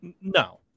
No